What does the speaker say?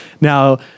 Now